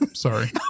Sorry